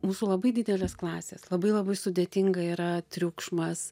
mūsų labai didelės klasės labai labai sudėtinga yra triukšmas